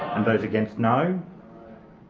and those against no.